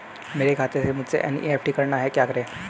मेरे खाते से मुझे एन.ई.एफ.टी करना है क्या करें?